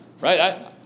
right